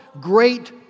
great